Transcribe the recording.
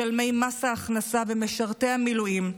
משלמי מס ההכנסה ומשרתי המילואים,